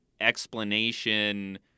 explanation